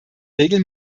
regel